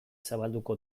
zabalduko